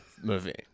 movie